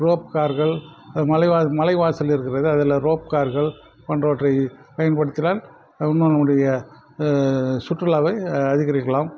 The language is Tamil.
ரோப் கார்கள் மலைவாழ் மலை வாசல் இருக்கிறது அதில் ரோப் கார்கள் போன்றவற்றை மேம்படுத்தினால் இன்னும் நம்முடைய சுற்றுலாவை அதிகரிக்கலாம்